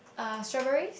uh strawberries